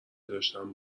داشتم